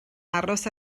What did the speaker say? aros